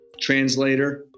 translator